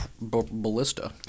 ballista